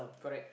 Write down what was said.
correct